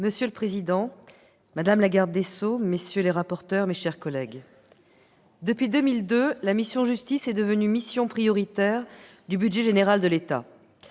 Monsieur le président, madame la garde des sceaux, madame, messieurs les rapporteurs, mes chers collègues, depuis 2002, la mission « Justice » est devenue mission prioritaire du budget général de l'État.